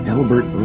Albert